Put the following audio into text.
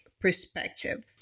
perspective